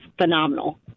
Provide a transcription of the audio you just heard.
phenomenal